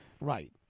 Right